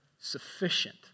sufficient